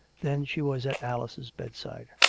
then she was at alice's bedside.